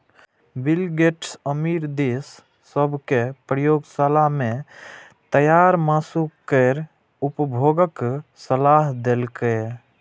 bill Gates अमीर देश सभ कें प्रयोगशाला मे तैयार मासु केर उपभोगक सलाह देलकैए